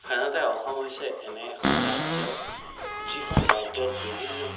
সাধাৰণতে অসম হৈছে এনে এখন ৰাজ্য যিখন ৰাজ্যত বিভিন্ন